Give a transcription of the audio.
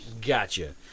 Gotcha